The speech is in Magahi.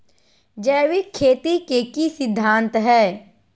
जैविक खेती के की सिद्धांत हैय?